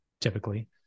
typically